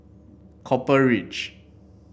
Copper Ridge